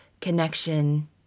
connection